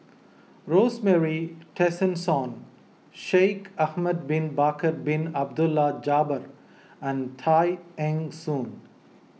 Rosemary Tessensohn Shaikh Ahmad Bin Bakar Bin Abdullah Jabbar and Tay Eng Soon